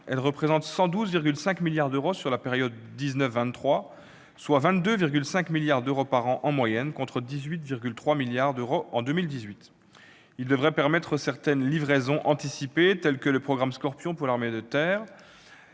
qui représente 112,5 milliards d'euros sur la période 2019-2023, soit 22,5 milliards d'euros par an en moyenne, contre 18,3 milliards d'euros en 2018. Cela devrait permettre certaines livraisons anticipées, tel que le programme Scorpion pour l'armée de terre.